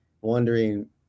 wondering